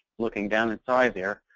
looking down inside there.